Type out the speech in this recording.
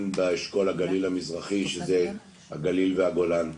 באשכול הגליל המזרחי שזה הגליל והגולן.